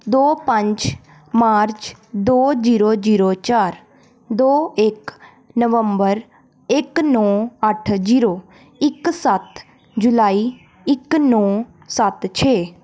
ਦੋ ਪੰਜ ਮਾਰਚ ਦੋ ਜ਼ੀਰੋ ਜ਼ੀਰੋ ਚਾਰ ਦੋ ਇੱਕ ਨਵੰਬਰ ਇੱਕ ਨੌਂ ਅੱਠ ਜ਼ੀਰੋ ਇੱਕ ਸੱਤ ਜੁਲਾਈ ਇੱਕ ਨੌਂ ਸੱਤ ਛੇ